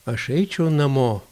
aš eičiau namo